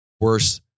worse